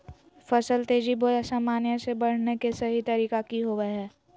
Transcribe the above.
फसल तेजी बोया सामान्य से बढने के सहि तरीका कि होवय हैय?